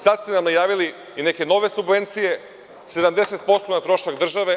Sada ste nam najavili i neke nove subvencije, 70% na trošak države.